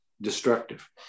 destructive